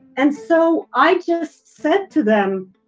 and so i just said to them,